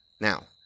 Now